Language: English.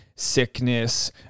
sickness